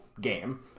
game